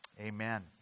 amen